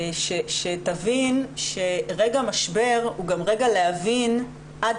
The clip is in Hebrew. שתבין שרגע משבר הוא גם רגע להבין עד